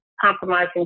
compromising